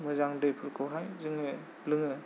मोजां दैफोरखौहाय जोङो लोङो